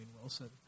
Wilson